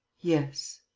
yes.